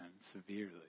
severely